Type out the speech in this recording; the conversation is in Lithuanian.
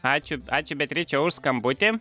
ačiū ačiū beatriče už skambutį